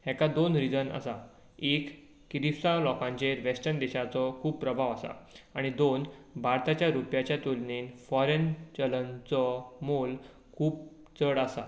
हाका दोन रिजन आसा एक क्रिस्तांव लोकांचेर वेस्टन देशाचो खूब प्रभाव आसा आनी दोन भारताच्या रुपयाच्या तुलनेंत फोरेन चलनचो मोल खूब चड आसा